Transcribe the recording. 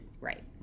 Right